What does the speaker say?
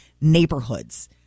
neighborhoods